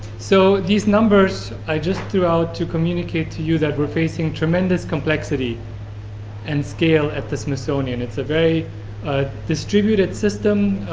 so, these numbers i just threw out to communicate to you that we are facing tremendous complexity and scale at the smithsonian. it's a very distributed system.